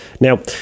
Now